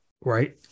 right